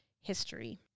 history